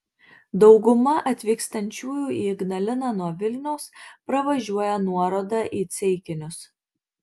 dauguma atvykstančiųjų į ignaliną nuo vilniaus pravažiuoja nuorodą į ceikinius